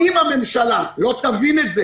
אם הממשלה לא תבין את זה